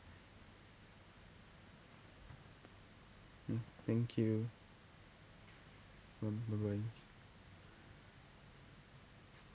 uh thank you by~ bye bye